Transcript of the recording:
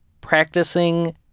practicing